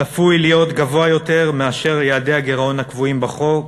צפוי להיות גבוה יותר מאשר יעדי הגירעון הקבועים בחוק".